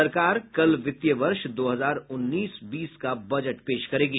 सरकार कल वित्तीय वर्ष दो हजार उन्नीस बीस का बजट पेश करेगी